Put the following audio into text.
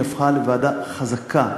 היא הפכה לוועדה חזקה,